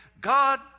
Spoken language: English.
God